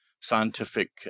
scientific